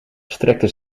strekte